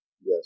Yes